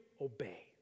obey